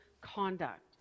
conduct